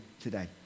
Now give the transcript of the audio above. today